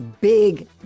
Big